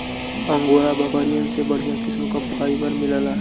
angora बकरियन से बढ़िया किस्म क फाइबर मिलला